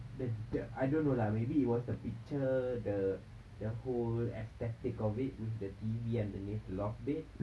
the the I don't know lah maybe it was the picture the the whole aesthetic of it with the T_V and the nift loft bed